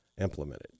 implemented